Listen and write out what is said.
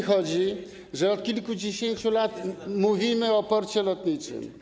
Chodzi mi o to, że od kilkudziesięciu lat mówimy o porcie lotniczym.